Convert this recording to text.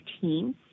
team